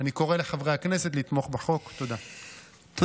על ההכרה בערך האדם שנברא בצלם ועל